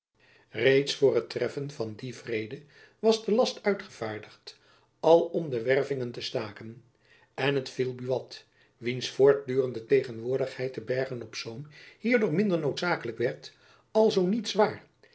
reeds voor het treffen van dien vrede was de last uitgevaardigd alom de wervingen te staken en het viel buat wiens voortdurende tegenwoordigheid te bergen-op-zoom hierdoor minder noodzakelijk werd alzoo niet zwaar